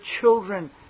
children